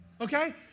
okay